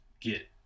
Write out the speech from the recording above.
get